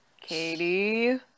Katie